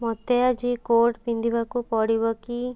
ମୋତେ ଆଜି କୋଟ୍ ପିନ୍ଧିବାକୁ ପଡ଼ିବ କି